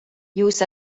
jūs